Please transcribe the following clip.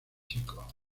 chico